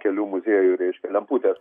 kelių muziejų reiškia lemputės